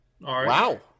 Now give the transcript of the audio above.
Wow